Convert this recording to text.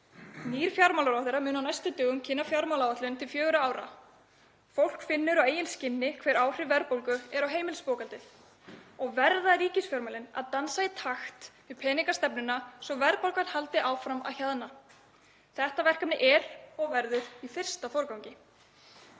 Nýr fjármálaráðherra mun á næstu dögum kynna fjármálaáætlun til fjögurra ára. Fólk finnur á eigin skinni hver áhrif verðbólgu eru á heimilisbókhaldið og verða ríkisfjármálin að dansa í takt við peningastefnuna svo að verðbólgan haldi áfram að hjaðna. Þetta verkefni er og verður í fyrsta forgangi.